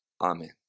Amen